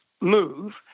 move